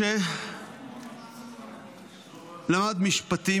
משה למד משפטים,